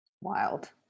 Wild